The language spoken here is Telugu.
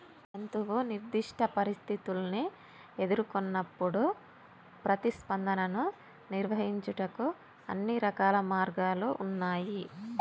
జంతువు నిర్దిష్ట పరిస్థితుల్ని ఎదురుకొన్నప్పుడు ప్రతిస్పందనను నిర్వహించుటకు అన్ని రకాల మార్గాలు ఉన్నాయి